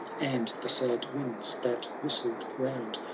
and the sad winds that whistled round.